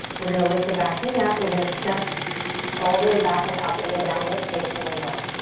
we're gonna lift the back knee up. we're gonna step all the way back and up into downward facing dog.